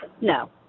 No